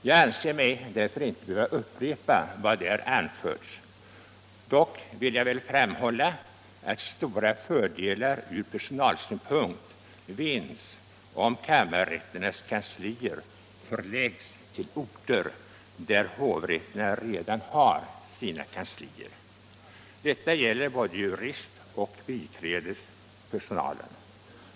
Jag anser mig därför inte behöva upprepa vad där anförts. Dock vill jag framhålla att stora fördelar ur personalsynpunkt vinnes om kammarrätternas kanslier förläggs till orter där hovrätterna redan har sina kanslier. Detta gäller både juristoch biträdespersonalen.